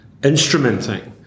instrumenting